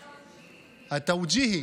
תאוג'יהי.